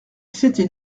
s’était